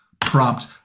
prompt